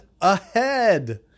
Ahead